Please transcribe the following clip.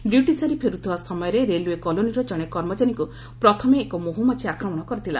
duty ସାରି ଫେରୁଥିବା ସମୟରେ ରେଲଓେ କଲୋନିର ଜଶେ କର୍ମଚାରୀଙ୍କୁ ପ୍ରଥମେ ଏକ ମହୁମାଛି ଆକ୍ରମଣ କରିଥିଲେ